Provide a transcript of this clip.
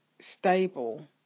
stable